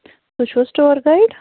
تُہۍ چھِو حظ ٹیٛور گایڈ